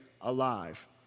alive